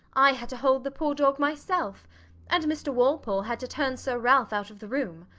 i had to hold the poor dog myself and mr walpole had to turn sir ralph out of the room.